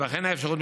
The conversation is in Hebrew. תיבחן האפשרות,